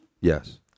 Yes